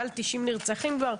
שהגיעה למעל 90 נרצחים כבר,